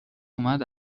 اومد